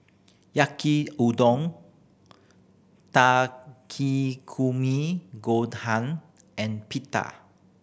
Yaki Udon Takikomi Gohan and Pita